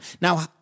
Now